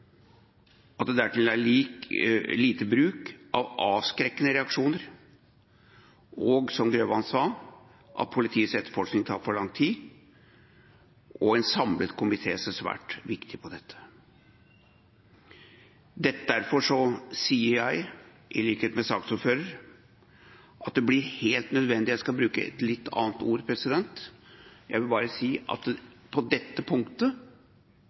at det dertil er liten bruk av avskrekkende reaksjoner, og – som representanten Grøvan sa – at politiets etterforskning tar for lang tid. En samlet komité ser svært alvorlig på dette. Derfor sier jeg, i likhet med saksordføreren, at det blir helt nødvendig at det på dette punktet må etableres – og jeg skal bruke et litt annet ord – en mentalitetsforandring i politiet. Jeg tror faktisk at dette